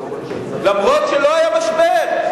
אפילו שלא היה משבר.